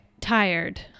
tired